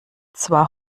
zwar